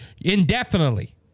indefinitely